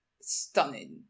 stunning